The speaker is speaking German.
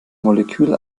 molekül